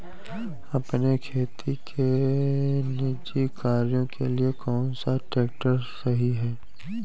अपने खेती के निजी कार्यों के लिए कौन सा ट्रैक्टर सही है?